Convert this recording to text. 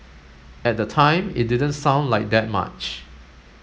at the time it didn't sound like that much